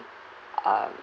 um